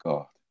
God